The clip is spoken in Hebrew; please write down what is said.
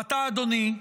ועתה, אדוני,